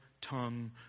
tongue